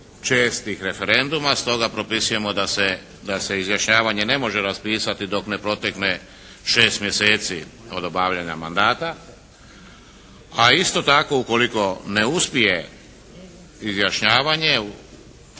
referenduma, stoga propisujemo da se izjašnjavanje ne može raspisati dok ne protekne 6 mjeseci od obavljanja mandata. A isto tako ukoliko ne uspije izjašnjavanje,